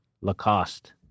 lacoste